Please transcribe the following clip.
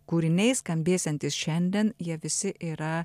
kūriniai skambėsiantys šiandien jie visi yra